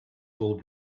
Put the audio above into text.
will